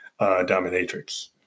dominatrix